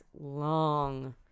Long